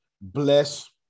bless